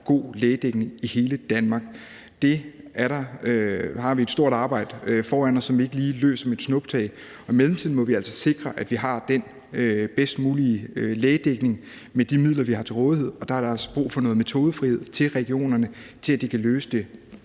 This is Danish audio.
god lægedækning i hele Danmark. Der har vi et stort arbejde foran os, som vi ikke lige klarer med et snuptag. I mellemtiden må vi altså sikre, at vi har den bedst mulige lægedækning, med de midler, vi har til rådighed, og dér er der altså brug for noget metodefrihed til regionerne, for at de kan løse det